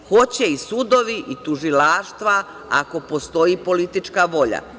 Hoće i sudovi i tužilaštva, ako postoji politička volja.